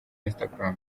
instagram